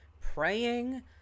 praying